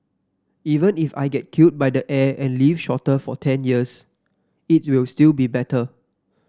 even if I get killed by the air and live shorter for ten years it'll still be better